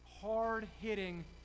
hard-hitting